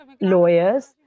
lawyers